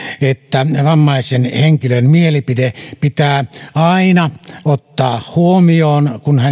että vammaisen henkilön mielipide pitää aina ottaa huomioon